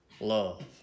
love